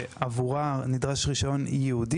שעבורה נדרש רישיון ייעודי,